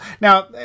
now